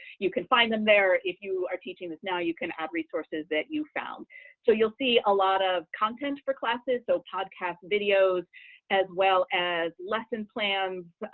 you can find them there. if you are teach um now you can add resources that you found so you'll see a lot of content for classes. so podcast videos as well as lesson plans,